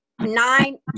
nine